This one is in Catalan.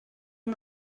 amb